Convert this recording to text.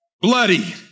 bloody